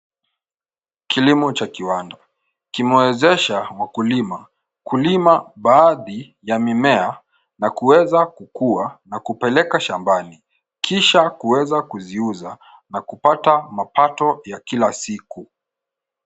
Kilimo cha kiwando kimewezesha wakulima kulima baadhi ya mimea na kuweza kukua na kupeleka shambani kisha kuweza kuziuza na kupata mapato ya kila siku.